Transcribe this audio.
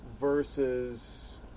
versus